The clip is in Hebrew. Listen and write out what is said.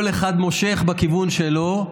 כל אחד מושך בכיוון שלו,